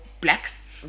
blacks